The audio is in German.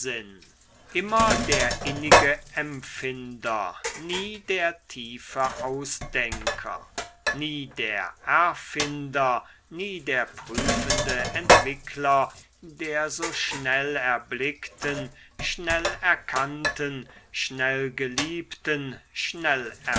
immer der innige empfinder nie der tiefe ausdenker nie der erfinder nie der prüfende entwickler der so schnellerblickten schnellerkannten schnellgeliebten schnellergriffenen